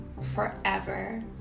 forever